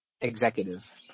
executive